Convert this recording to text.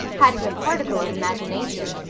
hadn't a particle of imagination,